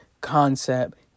concept